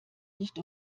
nicht